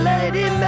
Lady